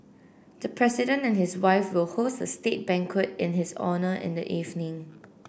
the President and his wife will host a state banquet in his honour in the evening